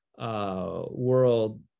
world